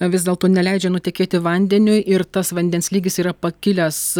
vis dėlto neleidžia nutekėti vandeniui ir tas vandens lygis yra pakilęs